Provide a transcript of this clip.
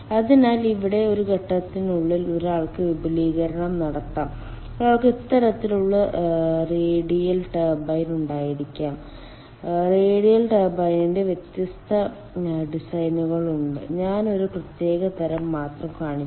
അതിനാൽ ഇവിടെ ഒരു ഘട്ടത്തിനുള്ളിൽ ഒരാൾക്ക് വിപുലീകരണം നടത്താം ഒരാൾക്ക് ഇത്തരത്തിലുള്ള റേഡിയൽ ടർബൈൻ ഉണ്ടായിരിക്കാം റേഡിയൽ ടർബൈനിന്റെ വ്യത്യസ്ത ഡിസൈനുകൾ ഉണ്ട് ഞാൻ ഒരു പ്രത്യേക തരം മാത്രം കാണിച്ചു